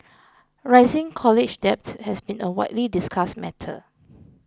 rising college debt has been a widely discussed matter